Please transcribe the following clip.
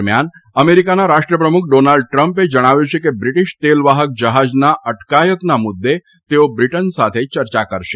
દરમ્યાન અમેરિકાના રાષ્ટ્રપ્રમુખ ડોનાલ્ડ ટ્રમ્પે જણાવ્યું છે કે બ્રિટીશ તેલવાહક જહાજના અટકાયતના મુદ્દે તેઓ બ્રિટન સાથે ચર્ચા કરશે